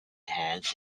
has